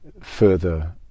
further